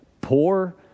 poor